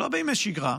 לא בימי שגרה.